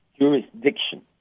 jurisdiction